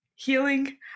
healing